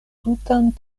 tutan